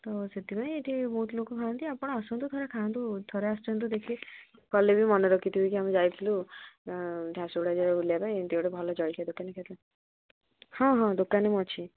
ତ ସେଥିପାଇଁ ଏଠି ବହୁତ ଲୋକ ଖାଆନ୍ତି ଆପଣ ଆସନ୍ତୁ ଥରେ ଖାଆନ୍ତୁ ଥରେ ଆସନ୍ତୁ ଦେଖିକି କଲେ ବି ମନେ ରଖିଥିବେ କି ଆମେ ଯାଇଥିଲୁ ଝାରସୁଗୁଡ଼ା ବୁଲିବା ପାଇଁ ଏମିତି ଗୋଟେ ଭଲ ଜଳଖିଆ ଦୋକାନରେ ଖାଇଥିଲୁ ହଁ ହଁ ଦୋକାନରେ ମୁଁ ଅଛି